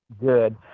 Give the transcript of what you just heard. Good